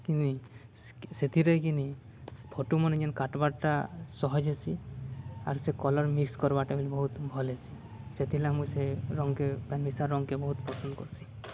କିିନି ସେଥିରେ କିିନି ଫଟୁମାନେ ଯେନ୍ କାଟ୍ବାର୍ର୍ଟା ସହଜ୍ ହେସି ଆର୍ ସେ କଲର୍ ମିକ୍ସ୍ କାଟ୍ବାର୍ର୍ଟା ବି ବହୁତ୍ ଭଲ୍ ହେସି ସେଥିର୍ଲାଗି ମୁଇଁ ସେ ରଙ୍ଗ୍କେ ପେନ୍ ମିଶା ରଙ୍ଗ୍କେ ବହୁତ୍ ପସନ୍ଦ୍ କର୍ସି